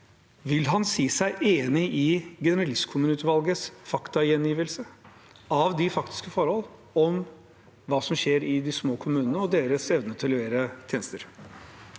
Vil han si seg enig i generalistkommuneutvalgets gjengivelse av de faktiske forhold når det gjelder hva som skjer i de små kommunene, og deres evne til å levere tjenester?